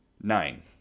Nine